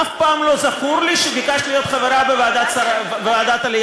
לא זכור לי שביקשת פעם להיות חברה בוועדת העלייה,